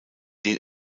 den